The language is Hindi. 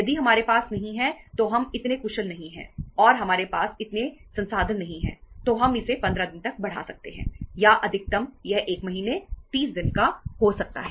यदि हमारे पास नहीं है तो हम इतने कुशल नहीं हैं और हमारे पास इतने संसाधन नहीं हैं तो हम इसे 15 दिन तक बढ़ा सकते हैं या अधिकतम यह 1 महीने 30 दिन हो सकता है